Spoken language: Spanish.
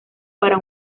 para